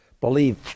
Believe